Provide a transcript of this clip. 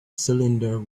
cylinder